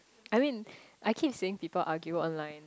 I mean I keep saying people argue online that